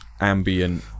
ambient